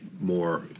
more